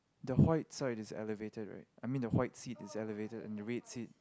the white side is elevated right I mean the white seat is elevated and the red seat